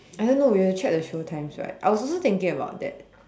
I don't know we will check the show times right I was also thinking about that